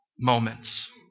moments